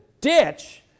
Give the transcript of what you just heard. ditch